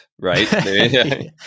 right